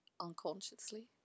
unconsciously